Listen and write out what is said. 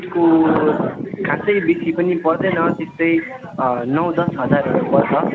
बेडको खास बेसी पनि पर्दैन त्यस्तो नौ दस हजारहरू पर्छ